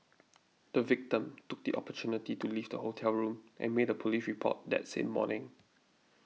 the victim took the opportunity to leave the hotel room and made a police report that same morning